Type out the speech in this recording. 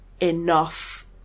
Enough